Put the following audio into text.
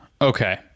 okay